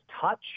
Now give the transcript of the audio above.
touch